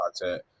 content